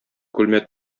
күлмәк